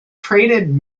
traded